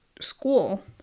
school